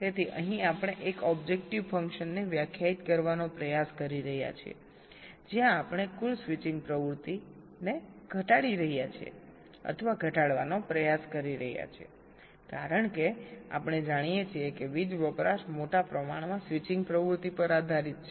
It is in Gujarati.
તેથી અહીં આપણે એક ઓબ્જેક્ટિવ ફંકશનને વ્યાખ્યાયિત કરવાનો પ્રયાસ કરી રહ્યા છીએ જ્યાં આપણે કુલ સ્વિચિંગ પ્રવૃત્તિને ઘટાડી રહ્યા છીએ અથવા ઘટાડવાનો પ્રયાસ કરી રહ્યા છીએ કારણ કે આપણે જાણીએ છીએ કે વીજ વપરાશ મોટા પ્રમાણમાં સ્વિચિંગ પ્રવૃત્તિ પર આધારિત છે